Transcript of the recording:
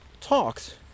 talks